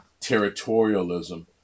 territorialism